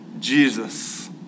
Jesus